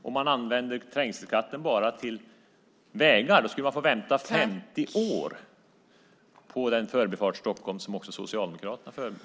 Om man enbart använde trängselskatten till vägar skulle man få vänta i 50 år på den Förbifart Stockholm som även Socialdemokraterna förordar.